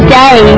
day